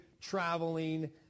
traveling